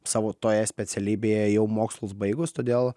savo toje specialybėje jau mokslus baigus todėl